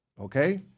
Okay